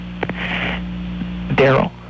Daryl